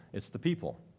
it's the people.